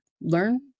learn